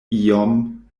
iom